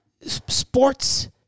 Sports